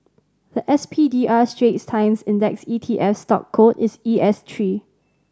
the S P D R Straits Times Index E T F stock code is E S three